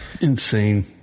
Insane